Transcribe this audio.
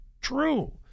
true